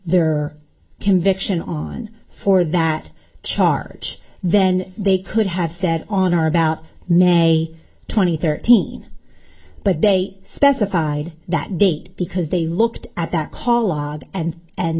their conviction on for that charge then they could have said on are about now a twenty thirteen but they specified that date because they looked at that call log and and